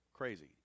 crazy